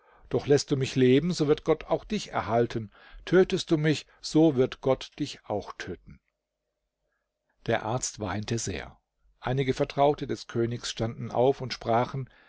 doch läßt du mich leben so wird gott auch dich erhalten tötest du mich so wird gott dich auch töten der arzt weinte sehr einige vertraute des königs standen auf und sprachen